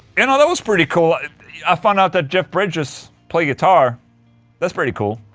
and that was pretty cool i found out that jeff bridges play guitar that's pretty cool,